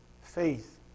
faith